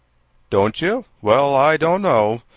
don't you? well, i don't know.